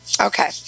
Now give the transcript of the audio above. Okay